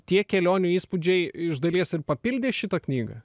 tie kelionių įspūdžiai iš dalies ir papildė šitą knygą